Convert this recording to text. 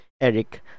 Eric